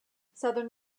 southern